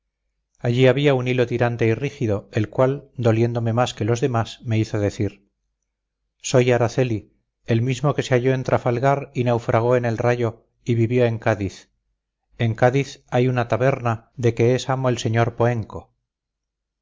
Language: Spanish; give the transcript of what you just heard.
allí había un hilo tirante y rígido el cual doliéndome más que los demás me hizo decir soy araceli el mismo que se halló en trafalgar y naufragó en el rayo y vivió en cádiz en cádiz hay una taberna de que es amo el sr poenco